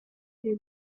iri